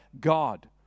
God